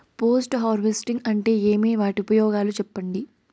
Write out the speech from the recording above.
Post harvesting అంటే ఏమి? వాటి ఉపయోగాలు చెప్పండి?